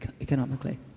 economically